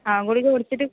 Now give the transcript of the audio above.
ആ ഗുളിക കുടിച്ചിട്ട്